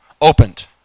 opened